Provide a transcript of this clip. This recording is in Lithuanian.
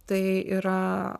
tai yra